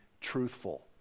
truthful